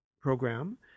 program